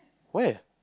where